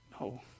No